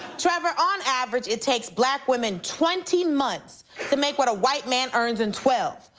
trevor, on average, it takes black women twenty months to make what a white man earns in twelve.